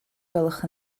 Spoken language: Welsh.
gwelwch